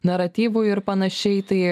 naratyvų ir panašiai tai